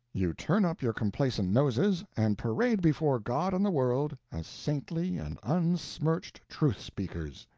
you turn up your complacent noses and parade before god and the world as saintly and unsmirched truth-speakers,